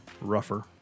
rougher